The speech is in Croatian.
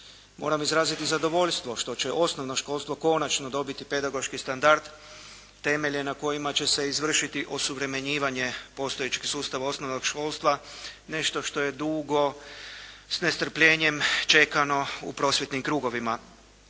Moram izraziti i zadovoljstvo što će osnovno školstvo konačno dobiti pedagoški standard, temelje na kojima će se izvršiti osuvremenjivanje postojećeg sustava osnovnog školstva, nešto što je dugo s nestrpljenjem čekano u prosvjetnim krugovima.